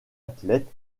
athlète